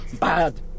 bad